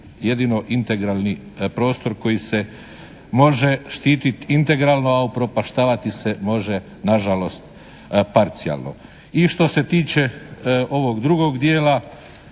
jedino integralni prostor koji se može štititi integralno a upropaštavati se može nažalost parcijalno. I što se tiče ovog drugog dijela